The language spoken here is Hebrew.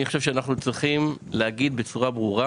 אני חושב שאנחנו צריכים לומר בצורה ברורה